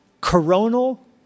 coronal